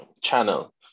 channel